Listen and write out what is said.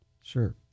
Sure